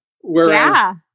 Whereas